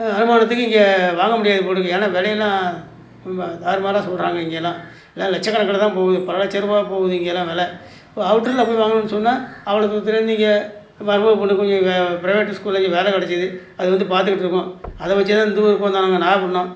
அனுமானத்துக்கு இங்கே வாங்க முடியாது போல் இருக்குது ஏன்னா விலையெல்லாம் ரொம்ப தாறுமாறாக சொல்கிறாங்க இங்கே எல்லாம் எல்லாம் லட்சக் கணக்கில் தான் போகுது பல லட்சருபா போகுது இங்கே எல்லாம் வெலை ஒரு அவுட்டரில் போய் வாங்கணுன்னு சொன்னால் அவ்வளோ தூரத்துலேருந்து நீங்கள் மருமகப்பொண்ணுக்கு இங்கே ப்ரைவேட்டு ஸ்கூலில் இங்கே வேலை கிடச்சிது அது வந்து பார்த்துக்கிட்டு இருக்கோம் அதை வச்சு தான் இந்த ஊருக்கு வந்தோம் நாங்கள் நாகப்பட்னம்